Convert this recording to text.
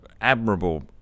admirable